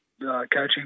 coaching